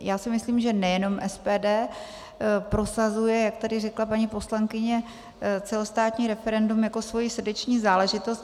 Já si myslím, že nejenom SPD prosazuje, jak tady řekla paní poslankyně, celostátní referendum jako svoji srdeční záležitost.